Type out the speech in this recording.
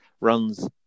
runs